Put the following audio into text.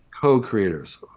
Co-creators